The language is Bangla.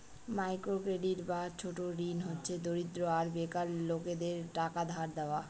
মাইক্র ক্রেডিট বা ছোট ঋণ হচ্ছে দরিদ্র আর বেকার লোকেদের টাকা ধার দেওয়া